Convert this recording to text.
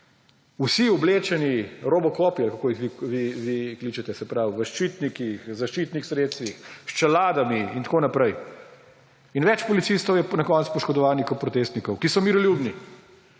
Vsi oblečeni, robokopi, kot jih vi kličete, se pravi v ščitnikih, zaščitnih sredstvih, s čeladami in tako naprej. In več policistov je na koncu poškodovanih kot protestnikov, ki so miroljubni,